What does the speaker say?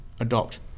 adopt